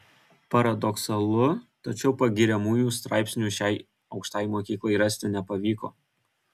paradoksalu tačiau pagiriamųjų straipsnių šiai aukštajai mokyklai rasti nepavyko